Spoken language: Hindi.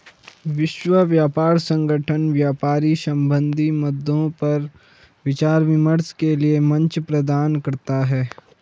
विश्व व्यापार संगठन व्यापार संबंधी मद्दों पर विचार विमर्श के लिये मंच प्रदान करता है